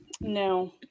No